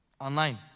Online